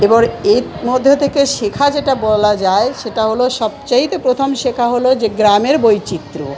এবার এর মধ্যে থেকে শেখা যেটা বলা যায় সেটা হলো সব চাইতে প্রথম শেখা হলো যে গ্রামের বৈচিত্র্য